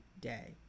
day